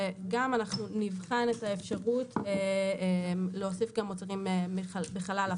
וגם נבחן את האפשרות להוסיף גם מוצרים לחלל הפה.